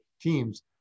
teams